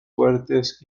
fuertes